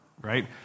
right